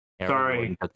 Sorry